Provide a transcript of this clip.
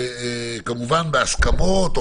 כמובן בהסכמות,